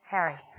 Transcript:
Harry